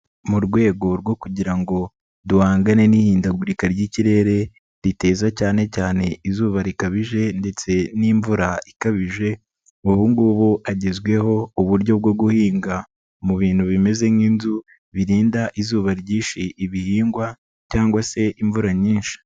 Mu rwego rwo kugira ngo duhangane n'ihindagurika ry'ikirere, riteza cyane cyane izuba rikabije ndetse n'imvura ikabije, ubu ngubu hagezweho uburyo bwo guhinga mu bintu bimeze nk'inzu birinda izuba ryinshi ibihingwa cyangwa se imvura nyinshi.